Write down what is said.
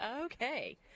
okay